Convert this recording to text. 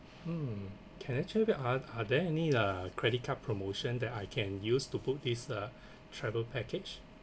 mm can I check with you are are there any uh credit card promotion that I can use to put this uh travel package